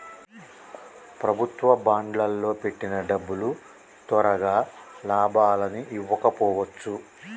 ప్రభుత్వ బాండ్లల్లో పెట్టిన డబ్బులు తొరగా లాభాలని ఇవ్వకపోవచ్చు